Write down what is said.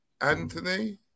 Anthony